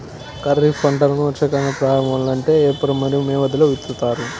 ఖరీఫ్ పంటలను వర్షాకాలం ప్రారంభంలో అంటే ఏప్రిల్ మరియు మే మధ్యలో విత్తుతారు